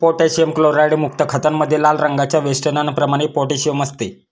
potassium क्लोराईडयुक्त खतामध्ये लाल रंगाच्या वेष्टनाप्रमाणे पोटॅशियम असते